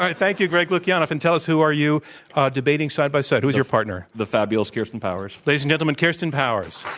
thank you, greg lukianoff. and tell us, who are you debating side by side who's your partner? the fabulous kirsten powers. ladies and gentlemen, kirsten powers.